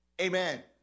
Amen